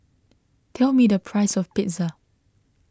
tell me the price of Pizza